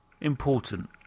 important